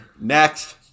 Next